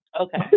Okay